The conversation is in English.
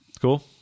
Cool